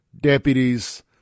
deputies